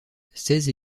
seize